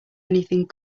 anything